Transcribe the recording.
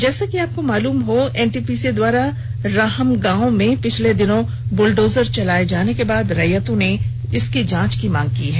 जैसा कि आपको मालूम है एनटीपीसी द्वारा राहम गांव में पिछले दिनों बुलडोजर चलाये जाने के बाद रैयतों ने जांच की मांग की हैं